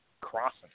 crossing